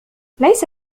ليس